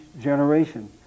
generation